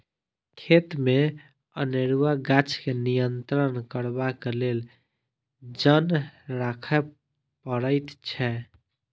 खेतमे अनेरूआ गाछ के नियंत्रण करबाक लेल जन राखय पड़ैत छै